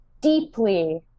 deeply